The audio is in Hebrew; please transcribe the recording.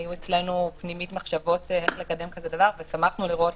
היו אצלנו מחשבות איך לקדם כזה דבר ושמחנו לראות